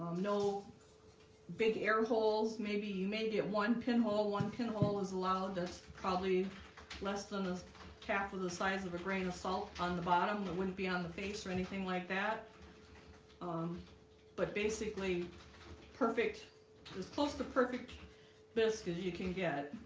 no big air holes, maybe you may get one pinhole one pin hole is allowed. that's probably less than a half of the size of a grain of salt on the bottom. that wouldn't be on the face or anything like that um but basically perfect as close to perfect bisque as you can get